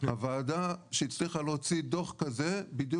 הוועדה שהצליחה להוציא דו"ח כזה בדיוק